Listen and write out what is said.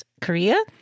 Korea